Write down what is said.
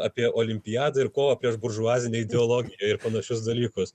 apie olimpiadą ir kovą prieš buržuazinę ideologiją ir panašius dalykus